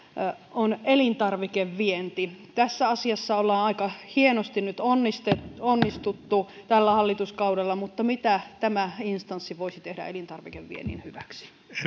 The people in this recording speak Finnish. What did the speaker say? on elintarvikevienti tässä asiassa ollaan aika hienosti nyt onnistuttu tällä hallituskaudella mutta mitä tämä instanssi voisi tehdä elintarvikeviennin hyväksi